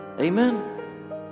Amen